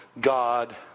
God